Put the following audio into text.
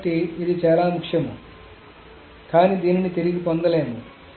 కాబట్టి ఇది చాలా ముఖ్యం కానీ దీనిని తిరిగి పొందలేము